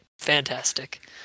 Fantastic